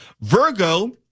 Virgo